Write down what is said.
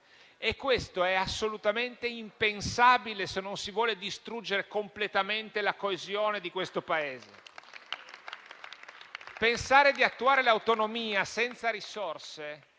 e questo è assolutamente impensabile, se non si vuole distruggere completamente la coesione del Paese. Pensare di attuare l'autonomia senza risorse